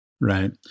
Right